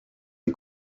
des